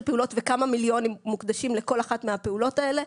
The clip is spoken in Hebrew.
וכמה מיליונים מוקדשים לכל אחת מהפעולות האלה,